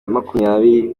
makumyabiri